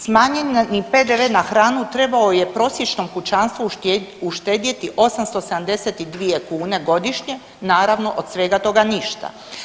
Smanjeni PDV na hranu trebao je prosječnom kućanstvu uštedjeti 872 godišnje, naravno od svega toga ništa.